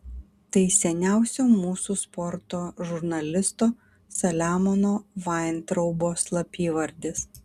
tai seniausio mūsų sporto žurnalisto saliamono vaintraubo slapyvardis